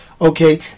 okay